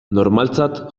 normaltzat